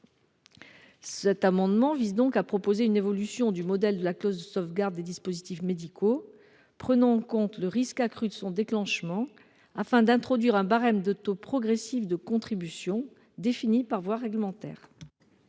Cet amendement vise donc à proposer une évolution du modèle de la clause de sauvegarde des dispositifs médicaux prenant en compte le risque accru de son déclenchement, afin d’introduire un barème de taux progressifs de contribution qui serait défini par voie réglementaire.